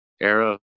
era